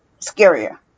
scarier